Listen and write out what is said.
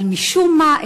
אבל משום מה,